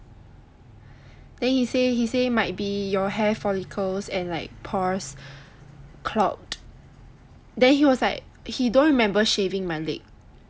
then he say he say might be your hair follicles and like pores clogged then he was like he don't remember shaving my leg